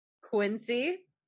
Quincy